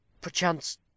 perchance